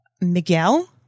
Miguel